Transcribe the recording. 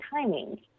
timing